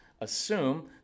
Assume